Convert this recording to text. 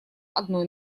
одной